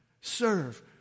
serve